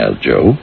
joe